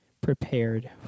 prepared